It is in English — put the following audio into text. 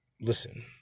Listen